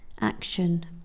Action